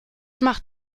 macht